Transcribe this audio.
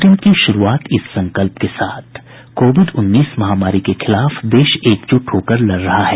bulletin की शुरूआत इस संकल्प के साथ कोविड उन्नीस महामारी के खिलाफ देश एकजुट होकर लड़ रहा है